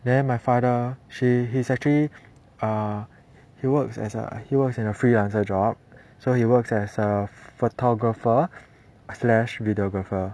then my father he is actually uh he works as a he works as a freelancer job so he works as a photographer slash videographer